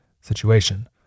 situation